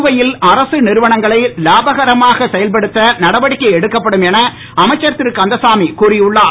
புதுவையில் அரசு நிறுவனங்களை லாபகரமாக செயல்படுத்த நடவடிக்கை எடுக்கப்படும் என அமைச்சர் திரு கந்தசாமி கூறி உள்ளார்